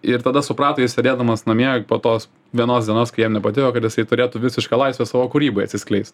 ir tada suprato jis sėdėdamas namie po tos vienos dienos kai jam nepatiko kad jisai turėtų visišką laisvę savo kūrybai atsiskleist